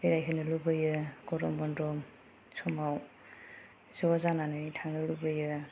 बेरायहोनो लुबैयो बिदिनो गरम बन्द' समाव ज' जानानै थांनो लुबैयो